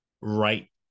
right